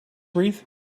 wreath